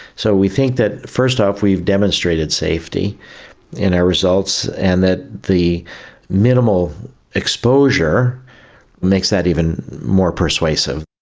so we think that first off we've demonstrated safety in our results and that the minimal exposure makes that even more persuasive.